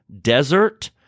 desert